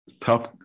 tough